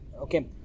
Okay